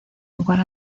lugar